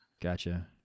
Gotcha